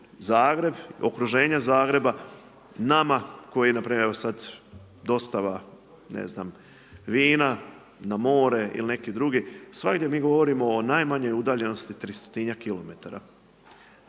Zagreb, okruženje Zagreba, nama koji npr. evo sad dostava ne znam vina na more ili neki drugi, svagdje mi govorimo o najmanje udaljenosti